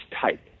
type